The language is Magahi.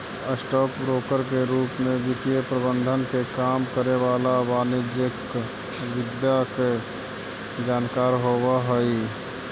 स्टॉक ब्रोकर के रूप में वित्तीय प्रबंधन के काम करे वाला वाणिज्यिक विधा के जानकार होवऽ हइ